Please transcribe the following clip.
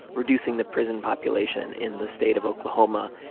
reducing the prison population in the state of oklahoma.